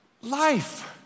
life